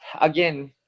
again